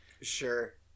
sure